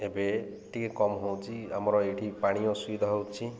ଏବେ ଟିକେ କମ୍ ହେଉଛି ଆମର ଏଇଠି ପାଣି ଅସୁବିଧା ହେଉଛି